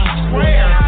square